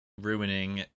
ruining